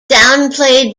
downplayed